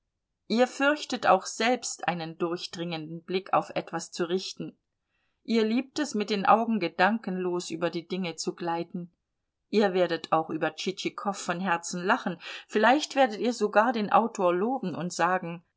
ihr fürchtet auch selbst einen durchdringenden blick auf etwas zu richten ihr liebt es mit den augen gedankenlos über die dinge zu gleiten ihr werdet auch über tschitschikow von herzen lachen vielleicht werdet ihr sogar den autor loben und sagen